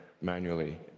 manually